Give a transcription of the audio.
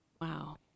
Wow